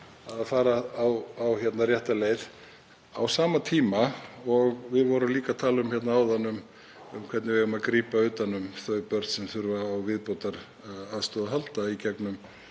að fara rétta leið, á sama tíma og við vorum áðan að tala um hvernig við ættum að grípa utan um þau börn sem þurfa á viðbótaraðstoð að halda í gegnum